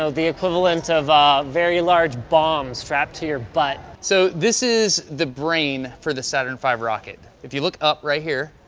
so the equivalent of a very large bomb strapped to your butt. so this is the brain for the saturn v rocket. if you look up right here,